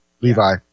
Levi